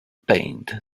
paint